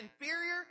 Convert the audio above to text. inferior